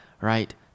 right